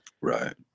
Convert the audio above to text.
right